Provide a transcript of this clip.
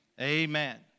Amen